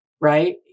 Right